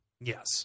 Yes